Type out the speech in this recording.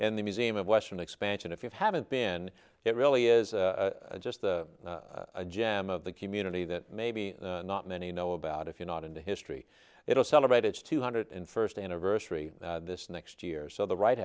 and the museum of western expansion if you haven't been it really is a just a gem of the community that maybe not many know about if you're not into history it will celebrate its two hundred first anniversary this next year so the right